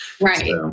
Right